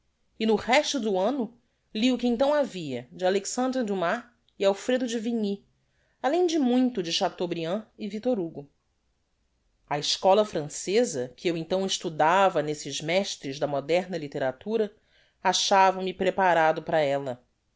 e no resto do anno li o que então havia de alexandre dumas e alfredo de vigny além de muito de chateaubriand e victor hugo a eschola franceza que eu então estudava nesses mestres da moderna litteratura achava-me preparado para ella